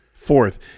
Fourth